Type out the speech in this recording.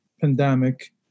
pandemic